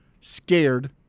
scared